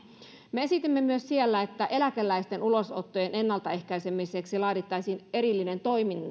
me esitimme siellä myös että eläkeläisten ulosottojen ennaltaehkäisemiseksi laadittaisiin erillinen